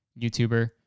YouTuber